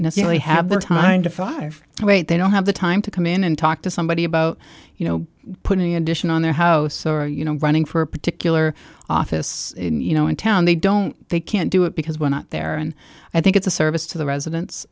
necessarily have the time to fire oh wait they don't have the time to come in and talk to somebody about you know putting addition on their house or you know running for a particular office you know in town they don't they can't do it because we're not there and i think it's a service to the